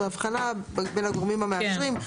זאת הבחנה בין הגורמים המאשרים.